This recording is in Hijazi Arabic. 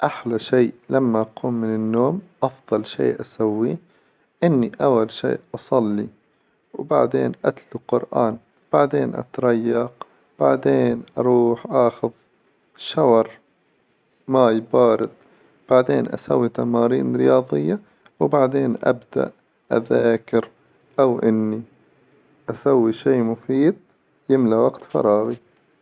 أحلى شيء لما أقوم من النوم أفظل شي أسوي إني أول شيء أصلي، وبعدين أتل القرآن، وبعدين أتريق، وبعدين أروح آخذ شور ماي بارد، وبعدين أسوي تمارين رياظية، وبعدين أبدأ أذاكر، أو إني أسوي شي مفيد يملى وقت فراغي.